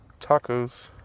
Tacos